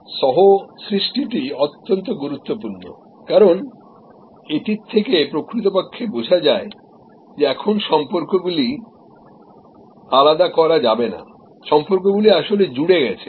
কো creation অত্যন্ত গুরুত্বপূর্ণ কারণ এটি থেকে প্রকৃতপক্ষে বোঝা যায় যে এখন সম্পর্কগুলি আলাদা করা যাবে না সম্পর্কগুলি আসলে জুড়ে গেছে